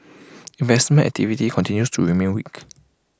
investment activity continues to remain weak